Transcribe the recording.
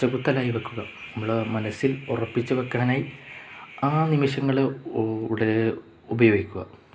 പച്ചകുത്തലായി വയ്ക്കുക നമ്മളെ മനസ്സിൽ ഉറപ്പിച്ചുവയ്ക്കാനായി ആ നിമിഷങ്ങള് ഉപയോഗിക്കുക